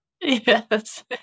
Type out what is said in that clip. Yes